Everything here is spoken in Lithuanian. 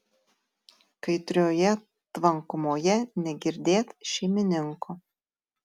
kaitrioje tvankumoje negirdėt šeimininko